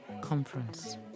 conference